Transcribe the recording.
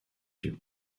you